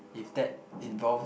if that involve